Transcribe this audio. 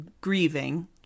grieving